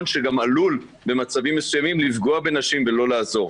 שגם עלול במצבים מסוימים לפגוע בנשים ולא לעזור.